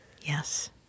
Yes